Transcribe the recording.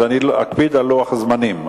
ואני אקפיד על הזמנים.